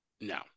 No